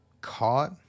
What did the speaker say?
caught